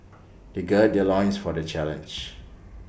they gird their loins for the challenge